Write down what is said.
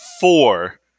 four